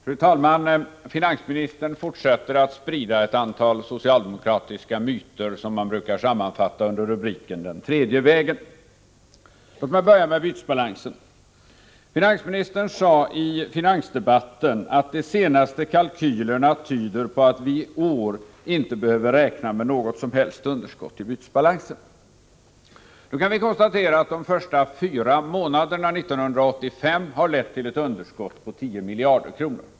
Fru talman! Finansministern fortsätter att sprida ett antal socialdemokratiska myter som man brukar sammanfatta under rubriken den tredje vägen. Låt mig börja med bytesbalansen. Finansministern sade i finansdebatten att de senaste kalkylerna tyder på att vi i år inte behöver räkna med något som helst underskott i bytesbalansen. Vi kan konstatera att de första fyra månaderna 1985 har lett till ett underskott på 10 miljarder kronor.